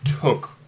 took